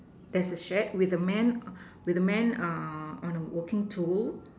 there's a shed with a man with a man uh on a working tool